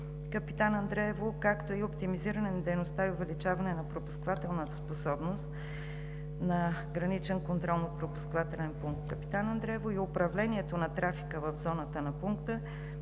„Капитан Андреево“, както и оптимизиране на дейността и увеличаване на пропускателната способност на Гранично контролно-пропускателен пункт „Капитан Андреево“ и управлението на трафика в зоната на пункта